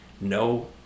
no